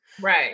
Right